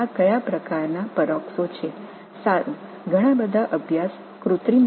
இவை என்ன வகையான பெராக்சோ என்று பார்ப்போம்